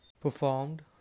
Performed